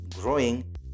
growing